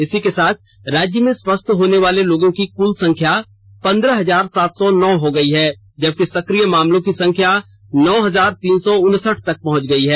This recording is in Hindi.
इसी के साथ राज्य में स्वस्थ होनेवाले लोगों की कुल संख्या पंद्रह हजार सात सौ नौ हो गई है जबकि सक्रिय मामलों की संख्या नौ हजार तीन सौ उनसठ पहुंच गई है